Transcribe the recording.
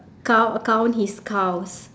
cow uh count his cows